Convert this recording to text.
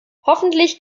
hoffentlich